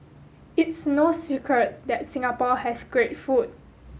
it's no secret that Singapore has great food